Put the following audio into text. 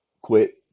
Quit